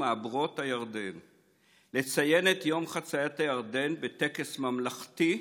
"מעברות הירדן"; לציין את יום חציית הירדן בטקס ממלכתי.